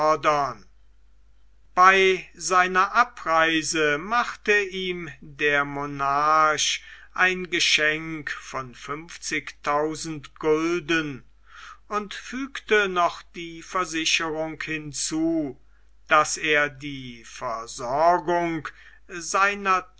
bei seiner abreise machte ihm der monarch ein geschenk von fünfzigtausend gulden und fügte noch die versicherung hinzu daß er die versorgung seiner